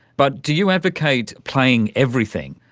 but do you advocate playing everything?